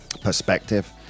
perspective